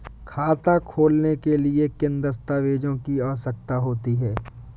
खाता खोलने के लिए किन दस्तावेजों की आवश्यकता होती है?